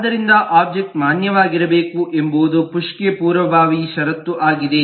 ಆದ್ದರಿಂದ ಆದ್ದರಿಂದ ಒಬ್ಜೆಕ್ಟ್ ಮಾನ್ಯವಾಗಿರಬೇಕು ಎಂಬುದು ಪುಶ್ಗೆ ಪೂರ್ವಭಾವಿ ಷರತ್ತುಆಗಿದೆ